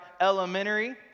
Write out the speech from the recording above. elementary